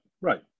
right